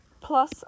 Plus